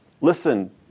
listen